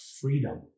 freedom